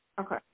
Okay